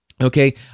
Okay